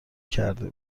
کرده